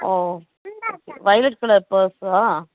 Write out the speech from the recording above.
ஓ violet colour பர்ஸா